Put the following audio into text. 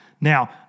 Now